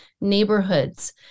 neighborhoods